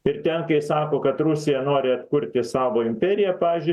ir ten kai sako kad rusija nori atkurti savo imperiją pavyzdžiui